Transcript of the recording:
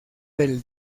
del